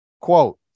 quote